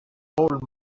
old